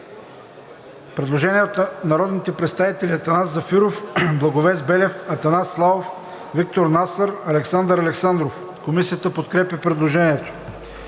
предложение от народните представители Атанас Зафиров, Благовест Белев, Атанас Славов, Виктор Насър, Александър Александров. Комисията подкрепя предложението.